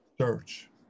search